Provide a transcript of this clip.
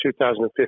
2015